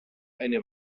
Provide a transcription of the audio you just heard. eine